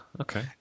okay